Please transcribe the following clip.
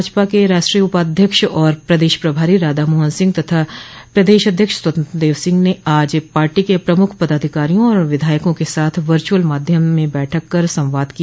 भाजपा के राष्ट्रीय उपाध्यक्ष और प्रदेश प्रभारी राधा मोहन सिंह तथा प्रदेश अध्यक्ष स्वतंत्र देव सिंह ने आज पार्टी के प्रमुख पदाधिकारियों और विधायकों के साथ वर्चुअल माध्यम से बैठक कर संवाद किया